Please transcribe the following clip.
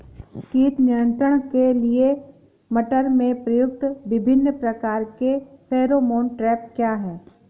कीट नियंत्रण के लिए मटर में प्रयुक्त विभिन्न प्रकार के फेरोमोन ट्रैप क्या है?